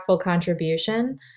contribution